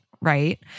right